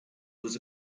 was